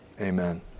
Amen